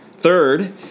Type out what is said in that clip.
third